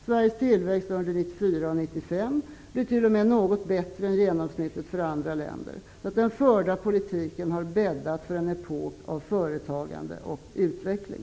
Sveriges tillväxt under 1994 och 1995 blir t.o.m. något bättre än genomsnittet för andra länder. Den förda politiken har bäddat för en epok av företagande och utveckling.